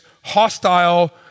hostile